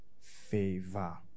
Favor